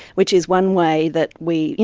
which is one way that we, you